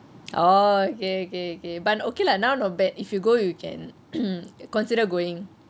oh okay okay okay but okay lah now not bad if you go you can consider going